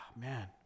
man